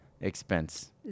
expense